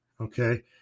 okay